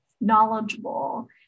knowledgeable